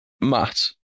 Matt